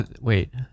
wait